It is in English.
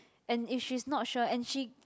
and if she's not sure and she